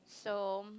so